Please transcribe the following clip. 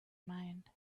mind